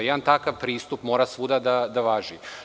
Jedan takav pristup mora svuda da važi.